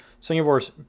Singapore's